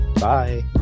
Bye